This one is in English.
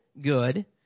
good